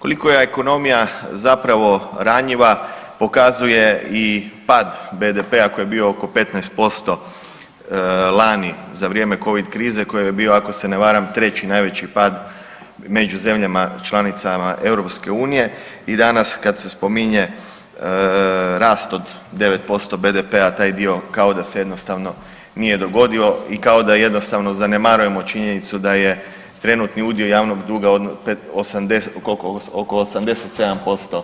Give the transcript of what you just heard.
Koliko je ekonomija zapravo ranjiva pokazuje i pad BDP-a koji je bio oko 15% lani za vrijeme covid krize, koji je bio ako se ne varam treći najveći pad među zemljama članicama EU i danas kad se spominje rast od 9% BDP-a taj dio kao da se jednostavno nije dogodio i kao da jednostavno zanemarujemo činjenicu da je trenutni udio javnog duga, kolko, oko 87%